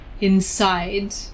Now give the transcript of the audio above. inside